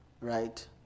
Right